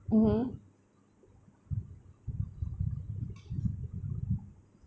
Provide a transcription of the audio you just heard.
mmhmm